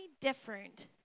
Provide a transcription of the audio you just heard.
different